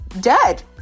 dead